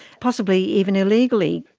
possibly even illegally.